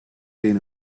been